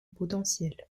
potentiel